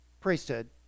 Priesthood